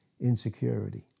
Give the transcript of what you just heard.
insecurity